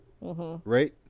right